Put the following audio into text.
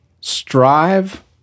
strive